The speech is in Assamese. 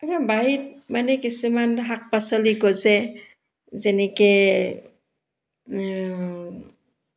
সেয়া বাৰীত মানে কিছুমান শাক পাচলি গজে যেনেকৈ